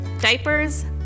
Diapers